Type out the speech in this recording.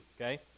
okay